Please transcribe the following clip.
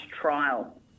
trial